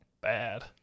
bad